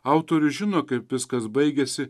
autorius žino kaip viskas baigėsi